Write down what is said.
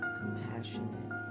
compassionate